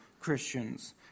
Christians